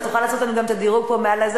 אז תוכל לעשות לנו גם את הדירוג מעל הדוכן